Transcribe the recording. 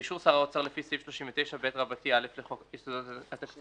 באישור שר האוצר לפי סעיף 39ב(א) לחוק יסודות התקציב,